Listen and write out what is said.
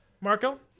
Marco